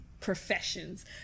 professions